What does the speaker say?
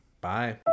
bye